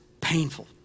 painful